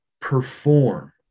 perform